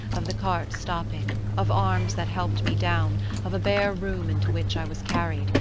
of the cart stopping, of arms that helped me down, of a bare room into which i was carried,